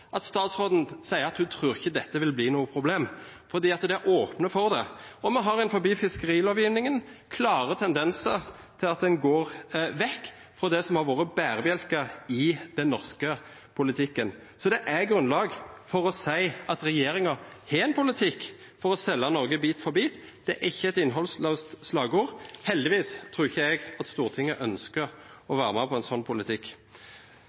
at statsråden sier at hun tror dette ikke vil bli noe problem – fordi de åpner for det. Og innen fiskerilovgivningen har vi klare tendenser til at en går vekk fra det som har vært bærebjelker i den norske politikken. Så det er grunnlag for å si at regjeringen har en politikk for å selge Norge bit for bit – det er ikke et innholdsløst slagord. Heldigvis tror ikke jeg at Stortinget ønsker å være med på en sånn politikk.